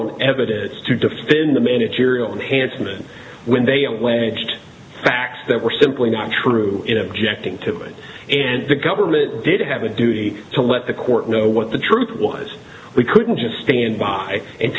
on evidence to defend the managerial and handsome and when they alleged facts that were simply not true in objecting to it and the government did have a duty to let the court know what the truth was we couldn't just stand by and